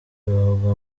bavuga